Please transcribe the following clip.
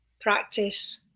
practice